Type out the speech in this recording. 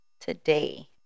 today